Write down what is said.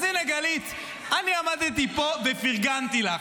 אז הינה, גלית, אני עמדתי פה ופרגנתי לך.